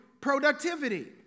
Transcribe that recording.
productivity